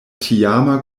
tiama